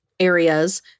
Areas